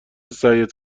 سعیت